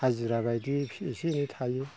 हाजिरा बायदि एसे एनै थायो